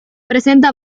presenta